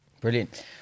Brilliant